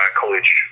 college